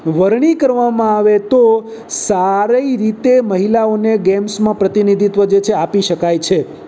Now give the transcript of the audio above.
વરણી કરવામાં આવે તો સારી રીતે મહિલાઓને ગેમ્સમાં પ્રતિનિધિત્ત્વ જે છે આપી શકાય છે